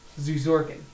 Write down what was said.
Zuzorkin